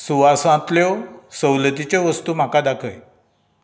सुवासांतल्यो सवलतीच्यो वस्तू म्हाका दाखय